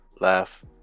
laugh